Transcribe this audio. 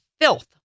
filth